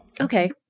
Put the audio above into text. Okay